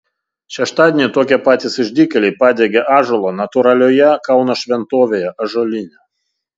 šeštadienį tokie patys išdykėliai padegė ąžuolą natūralioje kauno šventovėje ąžuolyne